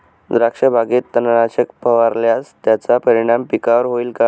द्राक्षबागेत तणनाशक फवारल्यास त्याचा परिणाम पिकावर होईल का?